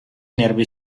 nervi